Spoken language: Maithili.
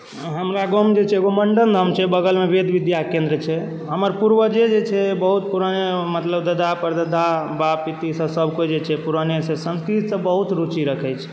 हमरा गाँव मे जे छै एगो मंडन नाम छै बगलमे वेद विद्या केन्द्र छै हमर पूर्वजे जे छै बहुत पुराना मतलब दादा परदादा बाप पित्ती सब सब कोइ जे छै पुरने सँ संस्कृतसँ बहुत रूचि रखैत छै